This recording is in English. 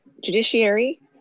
Judiciary